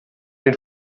den